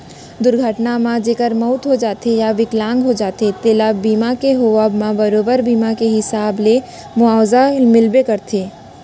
दुरघटना म जेकर मउत हो जाथे या बिकलांग हो जाथें तेला बीमा के होवब म बरोबर बीमा के हिसाब ले मुवाजा मिलबे करथे